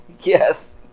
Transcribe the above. Yes